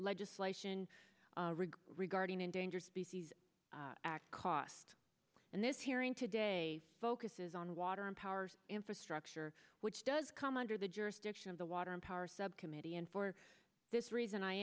legislation regarding endangered species act cost and this hearing today focuses on water and power infrastructure which does come under the jurisdiction of the water and power subcommittee and for this reason i